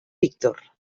víctor